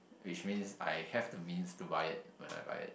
which means I have the means to buy it when I buy it